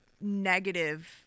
negative